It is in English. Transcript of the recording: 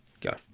Go